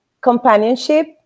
companionship